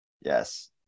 Yes